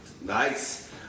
Nice